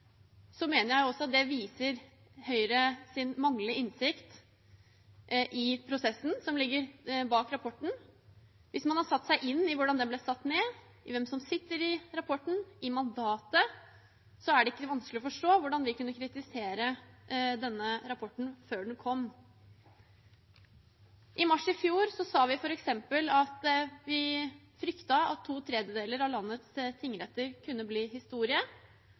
mener jeg at det viser Høyres manglende innsikt i prosessen som ligger bak rapporten. Hvis man har satt seg inn i hvordan kommisjonen ble nedsatt, hvem som satt i den, og hva som var mandatet, er det ikke vanskelig å forstå hvordan vi kunne kritisere rapporten før den kom. I mars i fjor sa vi f.eks. at vi fryktet at to tredjedeler av landets tingretter kunne bli historie,